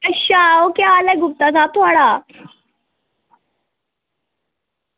अच्छा ओह् केह् हाल ऐ गुप्ता साहब थुआढ़ा